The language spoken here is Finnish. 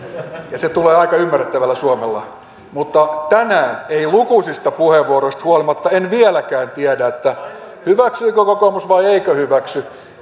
ja se tulee aika ymmärrettävällä suomella mutta tänään en lukuisista puheenvuoroista huolimatta vieläkään tiedä hyväksyykö kokoomus vai eikö hyväksy